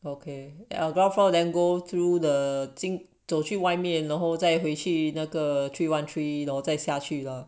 okay ground floor then go through the 惊走去外面然后再回去那个 three one three you know 再下去了